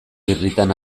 birritan